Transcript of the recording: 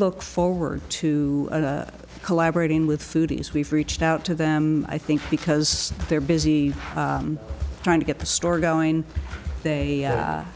look forward to collaborating with foodies we've reached out to them i think because they're busy trying to get the story going they